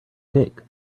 take